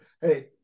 Hey